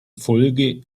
folge